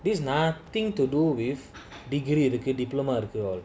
these nothing to do with degree educate diplomatic girl